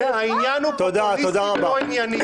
העניין הוא פופוליסטי ולא ענייני.